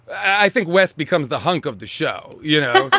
i think west becomes the hunk of the show, you know.